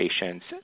patients